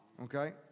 Okay